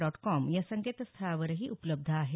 dot com या संकेतस्थळावरही उपलब्ध आहे